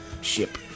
ship